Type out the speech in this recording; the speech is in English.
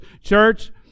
Church